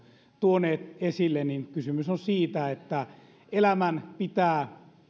tuoneet esille kysymys on siitä että elämän pitää